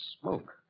smoke